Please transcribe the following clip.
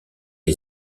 est